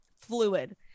fluid